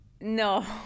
No